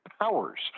powers